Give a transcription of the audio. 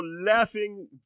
laughing